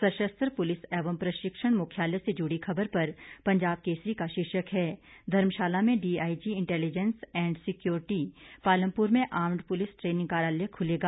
सशस्त्र पुलिस एंव प्रशिक्षण मुख्यालय से जुड़ी खबर पर पंजाब केसरी का शीर्षक है धर्मशाला में DIG intelligence and security Palampur में आर्म्ड पुलिस ट्रेनिंग कार्यालय खुलेगा